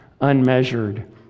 unmeasured